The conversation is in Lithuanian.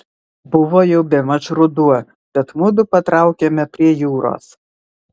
buvo jau bemaž ruduo bet mudu patraukėme prie jūros